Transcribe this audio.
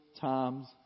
times